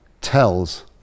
tells